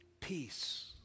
peace